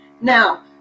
now